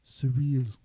Surreal